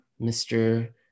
Mr